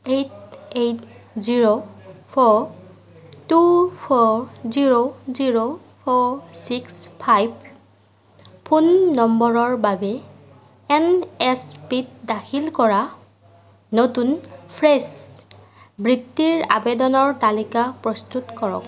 eight eight zero four two four zero zero four six five phone নম্বৰৰ বাবে N S P ত দাখিল কৰা নতুন ফ্ৰেছ বৃত্তিৰ আৱেদনৰ তালিকা প্ৰস্তুত কৰক